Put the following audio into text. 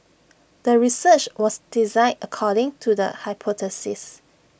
the research was designed according to the hypothesis